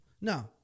No